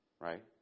Right